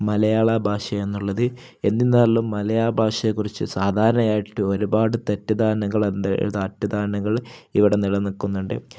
മലയാള ഭാഷയെന്നുള്ളത് എന്തിരുന്നാലും മലയാളഭാഷയെക്കുറിച്ചു സാധാരണയായിട്ട് ഒരുപാടു തെറ്റിദ്ധാരണകള് എന്ത് തെറ്റിദ്ധാരണകള് ഇവിടെ നിലനില്ക്കുന്നുണ്ട്